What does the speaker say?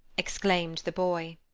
exclaimed the boy.